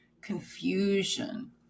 confusion